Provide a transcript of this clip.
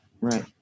right